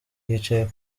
yicaye